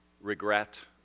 regret